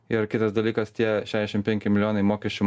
ir kitas dalykas tie šešiasdešimt penki milijonai mokesčių